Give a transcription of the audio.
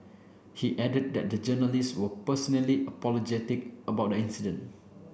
he added that the journalists were personally apologetic about the incident